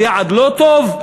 זה יעד לא טוב?